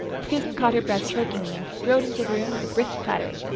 susan caught her breath chokingly, and strode into the room with a brisk clatter.